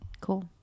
Cool